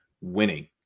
winning